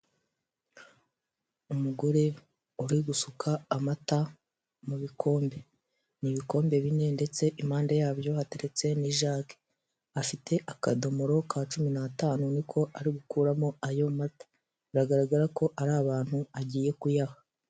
Umugore uri gusuka amata mu bikombe, ni ibikombe bine ndetse impande yabyo hateretse n'ijage, afite akadomoro ka cumi n'atanu, niko ari gukuramo ayo mata, biragaragara ko ari abantu agiye kuyaha.